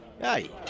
hey